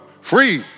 Free